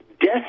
death